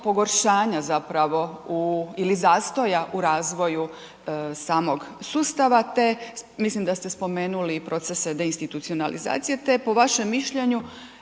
pogoršanja zapravo u ili zastoja u razvoju samog sustava te mislim da ste spomenuli i procese deinstitucionalizacije te po vašem mišljenju